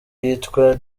yitwa